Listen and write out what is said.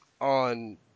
on